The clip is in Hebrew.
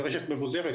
רשת מבוזרת,